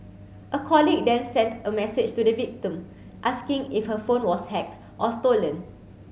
a colleague then sent a message to the victim asking if her phone was hacked or stolen